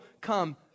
come